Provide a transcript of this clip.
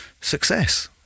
success